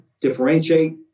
differentiate